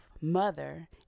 mother